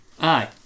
Aye